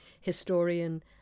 historian